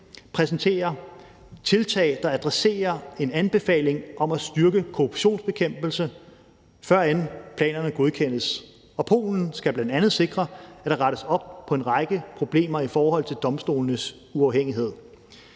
præsentere tiltag, der adresserer en anbefaling om at styrke korruptionsbekæmpelse, førend planerne godkendes. Og Polen skal bl.a. sikre, at der rettes op på en række problemer i forhold til domstolenes uafhængighed.